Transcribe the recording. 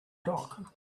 dock